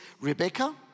Rebecca